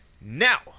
Now